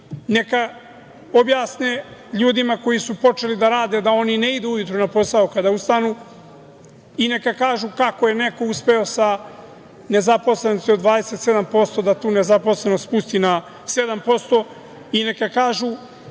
Neka objasne ljudima koji su počeli da rade da oni ne idu ujutru na posao kada ustanu i neka kažu kako je neko uspeo sa nezaposlenošću od 27% da tu nezaposlenost spusti na 7%, i neka kažu